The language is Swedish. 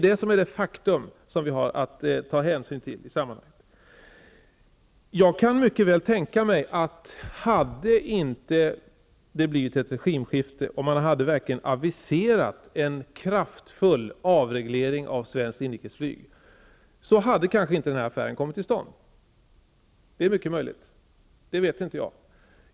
Det är det faktum som vi har att ta hänsyn till i sammanhanget. Jag kan mycket väl tänka mig att hade det inte blivit ett regimskifte och man verkligen hade aviserat en kraftfull avreglering av svenskt inrikesflyg, hade kanske inte den här affären kommit till stånd. Det är mycket möjligt. Det vet inte jag.